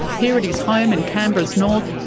here at his home in canberra's north,